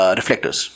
Reflectors